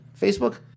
Facebook